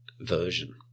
version